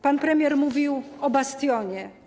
Pan premier mówił o bastionie.